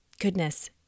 Goodness